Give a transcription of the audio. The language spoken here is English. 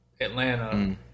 Atlanta